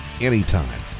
anytime